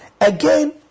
Again